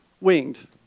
winged